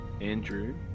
Andrew